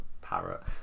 parrot